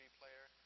player